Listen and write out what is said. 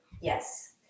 Yes